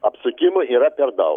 apsukimų yra per daug